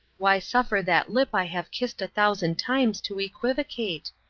why suffer that lip i have kissed a thousand times to equivocate?